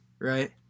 right